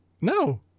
No